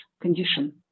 condition